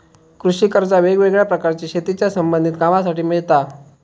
कृषि कर्जा वेगवेगळ्या प्रकारची शेतीच्या संबधित कामांसाठी मिळता